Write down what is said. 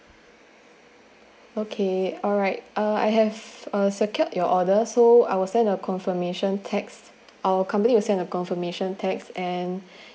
okay alright uh I have uh secure your order so I will send a confirmation text our company will send a confirmation text and